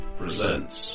presents